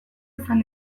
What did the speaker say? izan